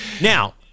Now